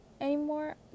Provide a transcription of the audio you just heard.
anymore